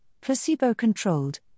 placebo-controlled